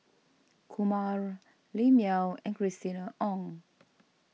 Kumar Lim Yau and Christina Ong